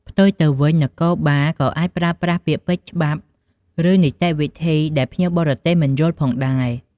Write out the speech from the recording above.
ផ្ទុយទៅវិញ នគរបាលក៏អាចប្រើប្រាស់ពាក្យពេចន៍ច្បាប់ ឬនីតិវិធីដែលភ្ញៀវបរទេសមិនយល់ផងដែរ។